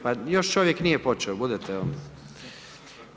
Pa još čovjek nije počeo, budete jel.